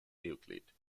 euclid